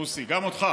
מוסי, גם אותך,